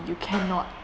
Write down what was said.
you cannot